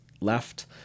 left